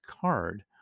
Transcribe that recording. card